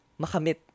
makamit